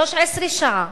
13 שעות,